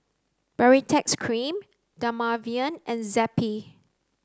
Baritex Cream Dermaveen and Zappy